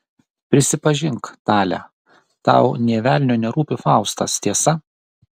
prisipažink tale tau nė velnio nerūpi faustas tiesa